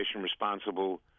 responsible